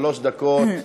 שלוש דקות.